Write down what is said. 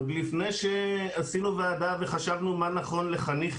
עוד לפני שעשינו ועדה וחשבנו מה נכון לחניך